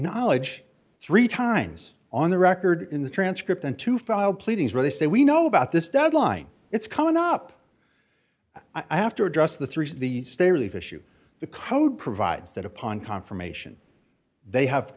acknowledge three times on the record in the transcript and to file pleadings where they say we know about this deadline it's coming up i have to address the three the state relief issue the code provides that upon confirmation they have